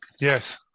yes